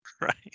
right